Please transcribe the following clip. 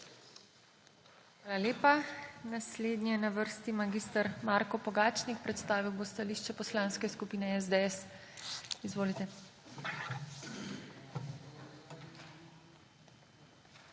Hvala lepa. Naslednji je na vrsti mag. Marko Pogačnik, predstavil bo stališče Poslanske skupine SDS. Izvolite. MAG.